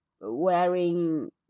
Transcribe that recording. wearing